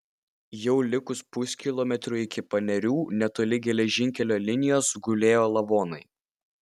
jau likus puskilometriui iki panerių netoli geležinkelio linijos gulėjo lavonai